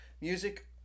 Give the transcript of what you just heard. music